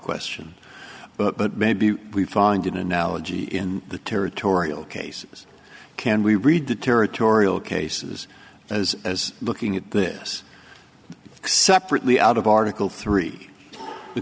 question but maybe we find an analogy in the territorial cases can we read the territorial cases as as looking at this separately out of article three the